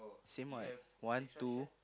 same what one two